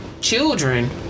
Children